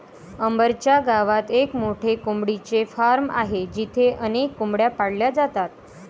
अंबर च्या गावात एक मोठे कोंबडीचे फार्म आहे जिथे अनेक कोंबड्या पाळल्या जातात